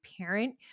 parent